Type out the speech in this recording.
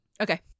Okay